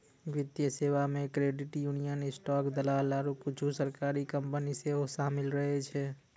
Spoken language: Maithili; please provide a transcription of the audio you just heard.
वित्तीय सेबा मे क्रेडिट यूनियन, स्टॉक दलाल आरु कुछु सरकारी कंपनी सेहो शामिल रहै छै